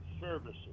Services